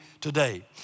today